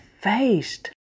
faced